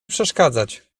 przeszkadzać